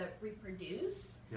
reproduce